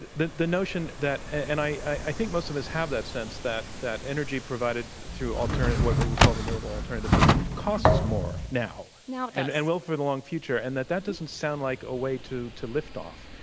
the notion that and i think most of us have that sense that that energy provided through alternative what we would call renewable alternative means costs more now now and and will for the long future. and that that doesn't sound like a way to to lift off.